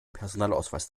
personalausweis